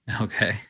Okay